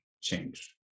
change